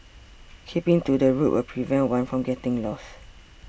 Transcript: keeping to the route will prevent one from getting lost